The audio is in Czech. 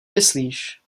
myslíš